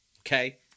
Okay